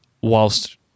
whilst